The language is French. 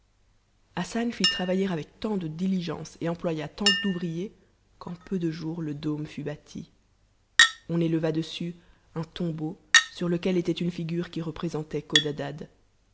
hassan fit travailler avec tant de diligence et employa tant d'ouvriers qu'en peu de jours le dôme fut bâti on éleva dessous un tombeau sur lequel était une figure qui représentait codadad